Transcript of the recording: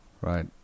right